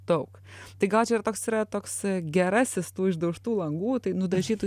daug tai gal čia ir toks yra toks gerasis tų išdaužtų langų tai nudažytų